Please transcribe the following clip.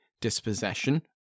dispossession